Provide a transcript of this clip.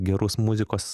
gerus muzikos